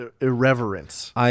irreverence